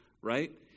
Right